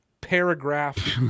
paragraph